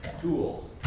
tools